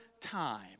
time